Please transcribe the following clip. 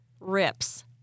rips